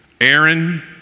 Aaron